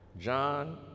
John